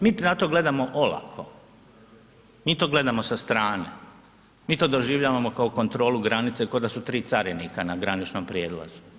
Mi na to gledamo olako, mi to gledamo sa strane, mi to doživljavamo kao kontrolu granice, kao da su tri carinika na graničnom prijelazu.